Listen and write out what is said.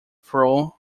throw